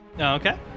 Okay